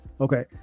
Okay